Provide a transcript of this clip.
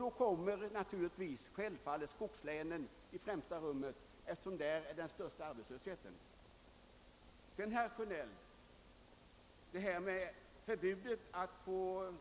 Då kommer självfallet skogslänen i främsta rummet, eftersom de har den största arbetslösheten. Herr Sjönell säger att förbudet mot att få